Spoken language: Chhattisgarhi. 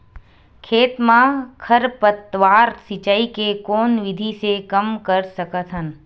खेत म खरपतवार सिंचाई के कोन विधि से कम कर सकथन?